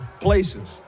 places